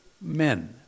men